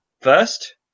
First